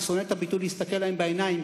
אני שונא את הביטוי "להסתכל להם בעיניים",